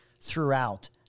throughout